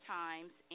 times